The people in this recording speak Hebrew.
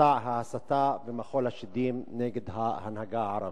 ממסע ההסתה ומחול השדים נגד ההנהגה הערבית.